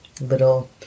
little